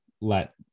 let